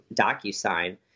DocuSign